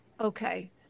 Okay